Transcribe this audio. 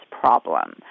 problem